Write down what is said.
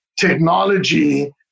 technology